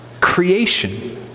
creation